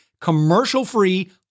commercial-free